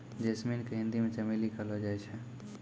jasmine के हिंदी मे चमेली कहलो जाय छै